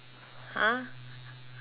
!huh!